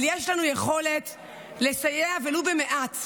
אבל יש לנו יכולת לסייע ולו במעט,